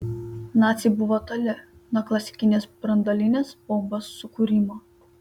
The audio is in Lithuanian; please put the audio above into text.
naciai buvo toli nuo klasikinės branduolinės bombos sukūrimo